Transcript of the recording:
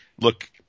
look